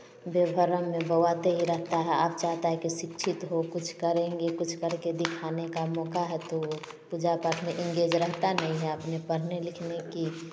व्यवहार में बँवाते ही रहता है आप चाहता है कि शिक्षित हो कुछ करेंगे कुछ करके दिखाने का मौका है तो पूजा पाठ में इंगेज रखता नहीं है आपने पढ़ने लिखने की